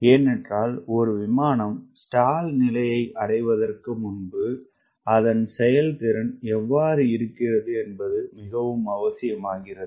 ஏனென்றால்ஒரு விமானம்ஸ்டால்நிலையைஅடைவதற்குமுன்பு அதன் செயல்திறன் எவ்வாறுஇருக்கிறது என்பது மிகவும்அவசியமாகிறது